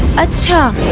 a child.